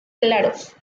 claros